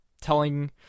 telling